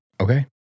Okay